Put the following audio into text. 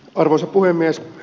arvoisa puhemies